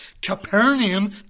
Capernaum